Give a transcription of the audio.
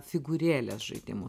figūrėles žaidimų